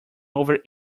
over